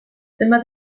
zenbat